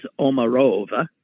Omarova